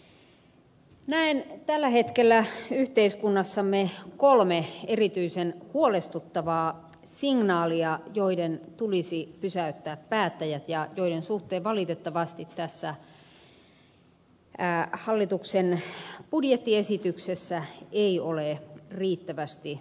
näen tällä hetkellä yhteiskunnassamme kolme erityisen huolestuttavaa signaalia joiden tulisi pysäyttää päättäjät ja joiden suhteen valitettavasti tässä hallituksen budjettiesityksessä ei ole riittävästi panostettu